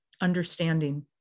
understanding